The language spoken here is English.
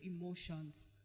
emotions